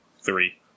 three